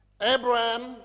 Abraham